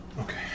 Okay